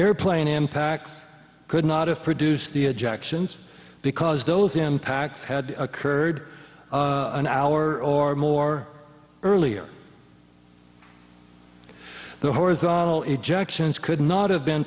airplane impacts could not have produced the objections because those impacts had occurred an hour or more earlier the horizontal ejections could not have been